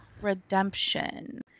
redemption